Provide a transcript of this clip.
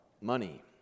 money